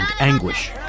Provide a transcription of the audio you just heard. anguish